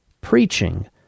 preaching